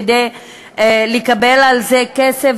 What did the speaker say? כדי לקבל על זה כסף,